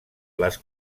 les